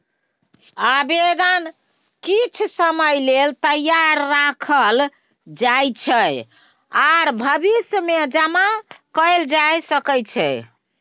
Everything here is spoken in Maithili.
आबेदन किछ समय लेल तैयार राखल जाइ छै आर भविष्यमे जमा कएल जा सकै छै